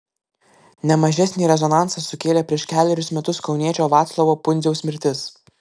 ne mažesnį rezonansą sukėlė prieš kelerius metus kauniečio vaclovo pundziaus mirtis